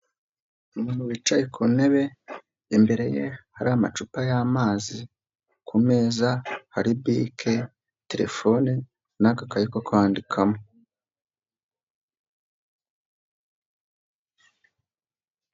Umuntu wicaye ku ntebe imbere ye hari amacupa y'amazi ku meza hari bike, terefone n'akayi ko kwandikamo.